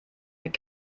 mit